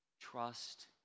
Trust